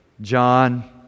John